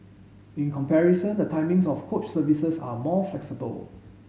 in comparison the timings of coach services are more flexible